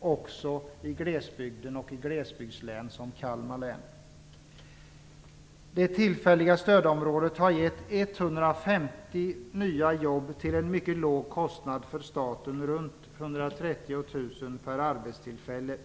också i glesbygden och i glesbygdslän som Kalmar län. Att området blivit tillfälligt stödområde har givit 150 nya jobb till en mycket låg kostnad för staten - runt 130 000 per arbetstillfälle.